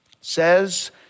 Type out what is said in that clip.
says